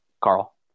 Carl